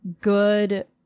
good